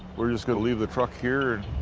we're just gonna leave the truck here and